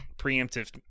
Preemptive